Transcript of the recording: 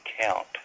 count